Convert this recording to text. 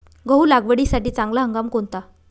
गहू लागवडीसाठी चांगला हंगाम कोणता?